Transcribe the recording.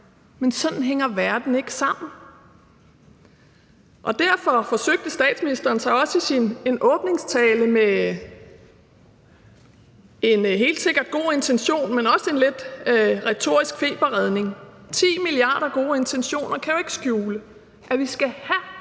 Men sådan hænger verden ikke sammen. Derfor forsøgte statsministeren sig også i sin åbningstale med noget, der helt sikkert var med en god intention, men som også lidt var en retorisk feberredning. 10 milliarder gode intentioner kan jo ikke skjule, at vi skal have